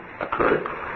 occurred